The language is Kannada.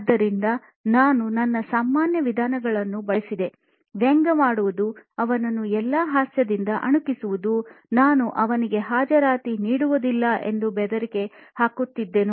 ಆದ್ದರಿಂದ ನಾನು ನನ್ನ ಸಾಮಾನ್ಯ ವಿಧಾನಗಳನ್ನು ಬಳಸಿದೆ ವ್ಯಂಗ್ಯವಾಡುವುದು ಅವನನ್ನು ಎಲ್ಲಾ ಹಾಸ್ಯದಿಂದ ಅಣುಕಿಸುವುದು ನಾನು ಅವನಿಗೆ ಹಾಜರಾತಿನೀಡುವುದಿಲ್ಲ ಎಂದು ಬೆದರಿಕೆ ಹಾಕುತ್ತಿದ್ದೆನು